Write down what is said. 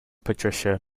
patricia